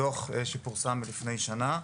דוח שפורסם מלפני שנה.